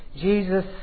Jesus